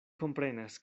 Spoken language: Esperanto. komprenas